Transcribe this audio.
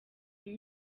iyi